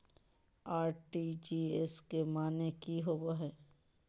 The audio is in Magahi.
आर.टी.जी.एस के माने की होबो है?